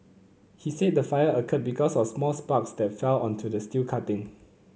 he said the fire occurred because of small sparks that fell onto the steel cutting